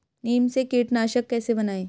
नीम से कीटनाशक कैसे बनाएं?